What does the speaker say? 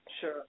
sure